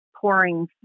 pouring